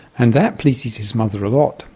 and that pleases his mother a lot,